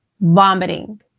vomiting